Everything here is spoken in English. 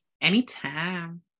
Anytime